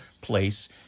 place